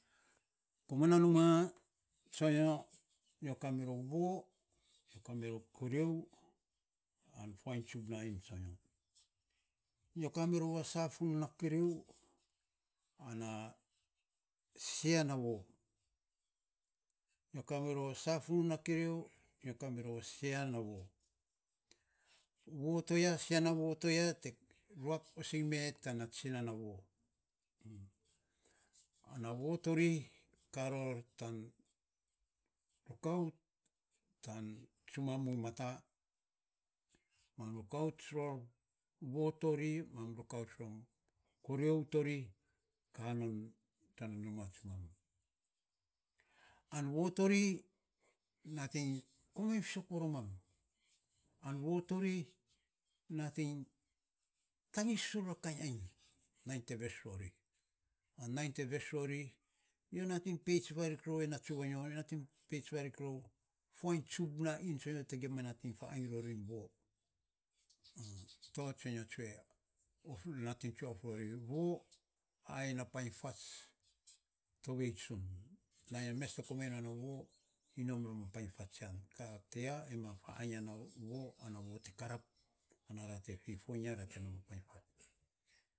Koman na numa tsonyo, nyo ka mirou voo, nyo kamirou koriou an fuainy tsubnainyo, nyo ka mirou a safunu na koriou ana sia naa voo, voo toya sia na voo toya te ruak osing me tana tsina voo. Ana voo to ri ka ror tan rukaut tan tsuman muiny mata, mam rukauts rom voo to ri mam rukauts rom koriou tori ka non tan numa tsumam, an voo tori nating komainy visok varomam, an voo tori nating tagis fisok ror a kainy ainy te ves rori, an nainy te ves rori nyo nating peits varik rou e natsu vanyo nyo nating peits varik rou fo tsubnain tsonyo te gim ma nating va ainy rorin voo to tsonyo tsue of rori voo a yei na painy fats tovei tsun, nainy mes te komainy non a voo, nyi nom rom a painy fats tsian. Ka ti ya anyi ma ainy ya na voo ana te karap ana ra te fifoiny iny ya ana ra te nom a painy fats.